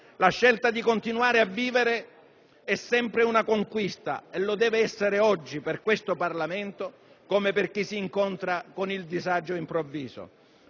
La scelta di continuare a vivere è sempre una conquista e lo deve essere oggi per questo Parlamento come per chi si incontra con il disagio improvviso.